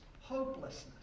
hopelessness